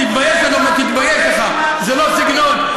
תתבייש לך, זה לא סגנון.